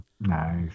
Nice